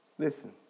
Listen